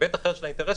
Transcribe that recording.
היבט אחר של האינטרס,